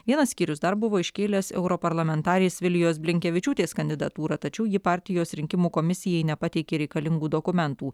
vienas skyrius dar buvo iškėlęs europarlamentarės vilijos blinkevičiūtės kandidatūrą tačiau ji partijos rinkimų komisijai nepateikė reikalingų dokumentų